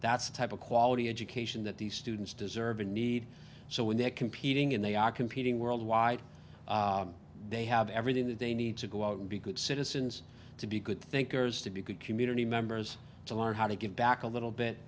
the type of quality education that the students deserve and need so when they're competing and they are competing worldwide they have everything that they need to go out and be good citizens to be good thinkers to be good community members to learn how to give back a little